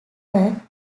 were